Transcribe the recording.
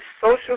social